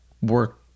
work